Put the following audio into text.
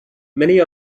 many